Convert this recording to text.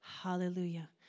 Hallelujah